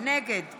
נגד